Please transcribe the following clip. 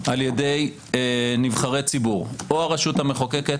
על ידי נבחרי ציבור או הרשות המחוקקת